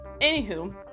Anywho